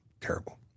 terrible